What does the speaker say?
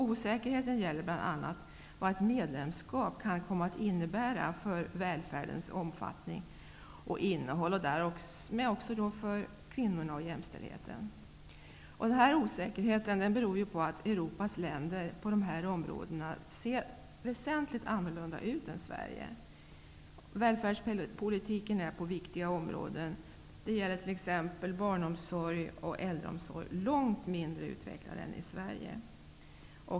Osäkerheten gäller bl.a. vad ett medlemskap kan komma att innebära för välfärdens omfattning och innehåll och därmed också för kvinnorna och jämställdheten. Denna osäkerhet beror på att Europas länder på de här områdena ser väsentligt annorlunda ut än Sverige. Välfärdspolitiken är på viktiga områden, t.ex. barn och äldreomsorgen, långt mindre utvecklad än i Sverige.